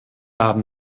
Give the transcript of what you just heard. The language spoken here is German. haben